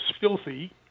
filthy